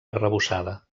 arrebossada